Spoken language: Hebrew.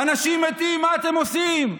"אנשים מתים, מה אתם עושים?